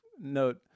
note